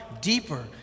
deeper